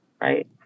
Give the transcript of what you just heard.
right